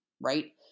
right